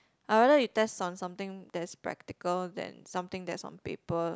I rather you test on something that's practical than something that's on paper